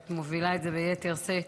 את מובילה את זה ביתר שאת.